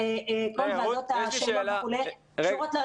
כל בעיות ה- -- קשורות,